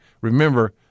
Remember